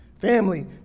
Family